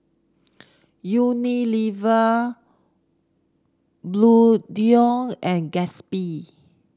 Unilever Bluedio and Gatsby